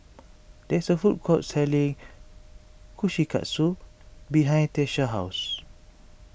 there is a food court selling Kushikatsu behind Tyesha's house